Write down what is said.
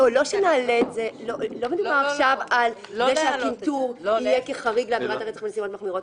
לא מדובר עכשיו על זה שהקנטור יהיה כחריג לעבירת הרצח בנסיבות מחמירות.